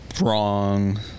wrong